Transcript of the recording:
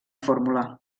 fórmula